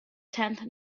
tenth